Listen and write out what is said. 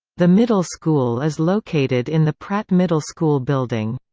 the middle school is located in the pratt middle school building.